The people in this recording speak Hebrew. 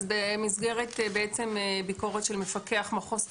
אז במסגרת ביקורת של מפקח מחוז צפון,